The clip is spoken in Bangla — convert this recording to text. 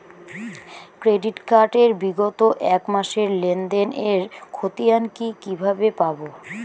ক্রেডিট কার্ড এর বিগত এক মাসের লেনদেন এর ক্ষতিয়ান কি কিভাবে পাব?